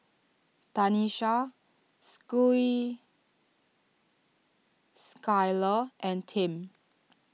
Tanisha Schuyler and Tim